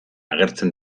agertzen